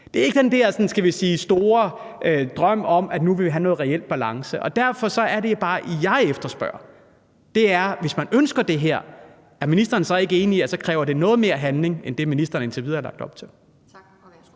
Det er ikke den der, skal vi sige store drøm om, at nu vil vi have noget reel balance. Jeg efterspørger, hvis man ønsker det her, om ministeren så ikke er enig i, at det kræver noget mere handling end det, ministeren indtil videre har lagt op til. Kl. 18:21 Anden